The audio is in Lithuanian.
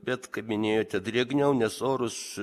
bet kaip minėjote drėgniau nes orus